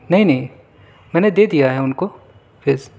نہیں نہیں میں نے دے دیا ہے ان کو فس